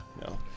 No